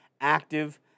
active